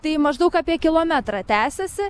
tai maždaug apie kilometrą tęsiasi